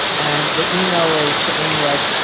and the email is to amy, like,